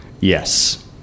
yes